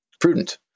prudent